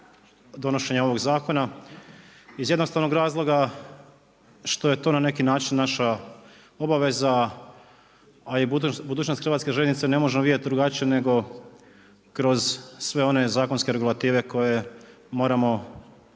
donošenje ovog zakona iz jednostavnog razloga što je to na neki način naša obaveza, a i budućnost hrvatske željeznice ne možemo vidjeti drugačije nego kroz sve ove zakonske regulative koje moramo